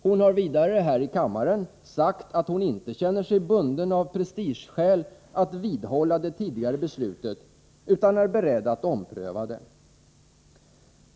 Hon har vidare, här i kammaren, sagt att hon inte känner sig bunden att av prestigeskäl vidhålla det tidigare beslutet, utan är beredd att ompröva det.